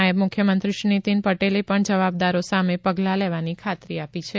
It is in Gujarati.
નાયબ મુખ્યમંત્રી શ્રી નીતિન પટેલે પણ જવાબદારો સામે પગલાં લેવાની ખાતરી આપી છે